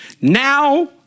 Now